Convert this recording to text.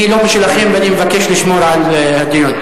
אני לא משלכם, ואני מבקש לשמור על הדיון.